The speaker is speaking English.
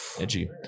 edgy